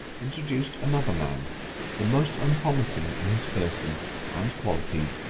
introduced another man the most unpromising in his person and qualities,